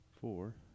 four